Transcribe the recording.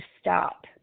stop